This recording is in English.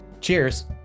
Cheers